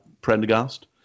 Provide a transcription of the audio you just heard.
Prendergast